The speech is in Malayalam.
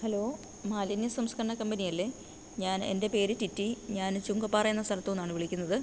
ഹലോ മാലിന്യ സംസ്കരണ കമ്പനിയല്ലേ ഞാൻ എൻ്റെ പേര് റ്റിറ്റി ഞാൻ ചുക്കുംപാറ എന്ന സ്ഥലത്തുനിന്നാണ് വിളിക്കുന്നത്